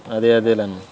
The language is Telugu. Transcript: అదే అదేలే